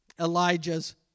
Elijah's